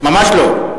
ממש לא.